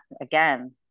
again